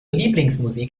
lieblingsmusik